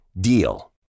DEAL